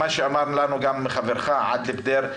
מה שאמר לנו גם חברך עאדל בדיר,